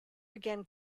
again